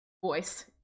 voice